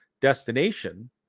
destination